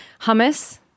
Hummus